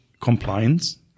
compliance